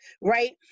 right